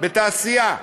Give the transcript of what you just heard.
בתעשייה,